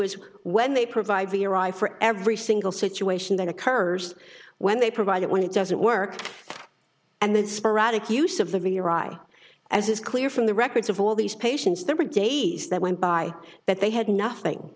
is when they provide for your eye for every single situation that occurs when they provide it when it doesn't work and then sporadic use of the rewrite as is clear from the records of all these patients there were days that went by that they had nothing